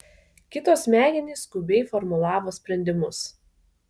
kito smegenys skubiai formulavo sprendimus